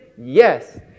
Yes